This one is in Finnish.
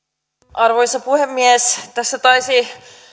arvoisa puhemies tässä taisi